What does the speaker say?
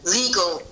legal